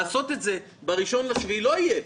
לעשות את זה ב-1 ביולי לא יהיה.